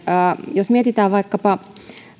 jos mietitään vaikkapa